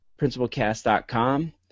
principalcast.com